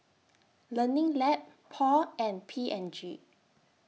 Learning Lab Paul and P and G